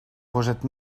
rejettent